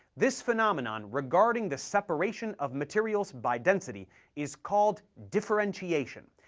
this phenomenon regarding the separation of materials by density is called differentiation,